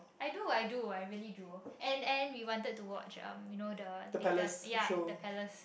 I do I do I really do and and we wanted to watch um you know the latest yup the Palace